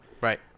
Right